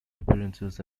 appearances